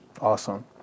Awesome